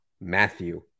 Matthew